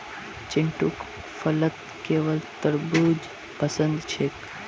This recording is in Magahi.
चिंटूक फलत केवल तरबू ज पसंद छेक